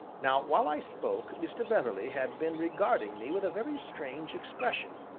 now while i spoke, mr. beverley had been regarding me with a very strange expression,